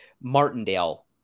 Martindale